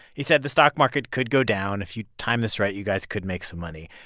he said the stock market could go down. if you time this right, you guys could make some money.